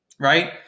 right